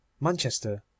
Manchester